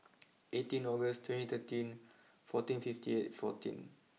eighteen August twenty thirteen fourteen fifty eight fourteen